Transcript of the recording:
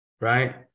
Right